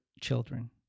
children